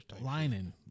lining